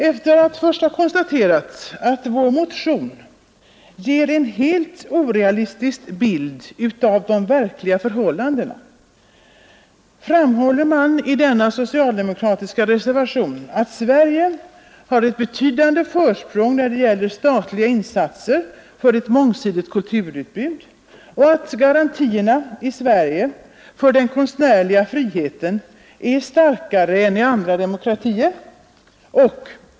Efter att ha konstaterat att vår motion ger en helt orealistisk bild av det verkliga förhållandet framhåller man i denna socialdemokratiska reservation att Sverige har ett betydande försprång när det gäller statliga insatser för ett mångsidigt kulturutbud och att garantierna i Sverige för den konstnärliga friheten är starkare än i andra demokratier.